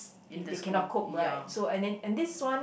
if they cannot cope right so and then and this one